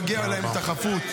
מגיעה להם החפות.